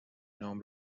نام